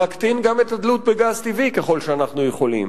להקטין גם את התלות בגז טבעי, ככל שאנחנו יכולים.